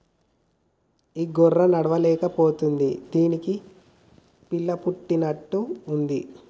ఈ గొర్రె నడవలేక పోతుంది దీనికి పిల్ల పుడుతున్నట్టు ఉంది